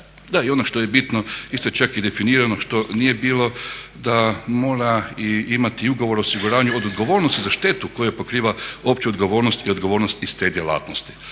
I ono što je bitno, isto je čak i definirano što nije bilo da mora i imati ugovor o osiguranju od odgovornosti za štetu koju pokriva opća odgovornost i odgovornost iz te djelatnosti,